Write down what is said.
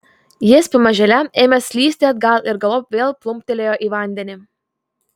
jis pamažėle ėmė slysti atgal ir galop vėl plumptelėjo į vandenį